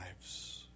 lives